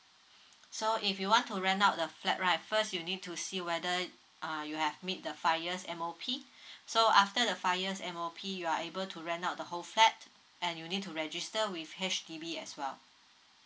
so if you want to rent out the flat right first you need to see whether uh you have meet the five years M_O_P so after the five years M_O_P you are able to rent out the whole flat and you need to register with H_D_B as well